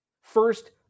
First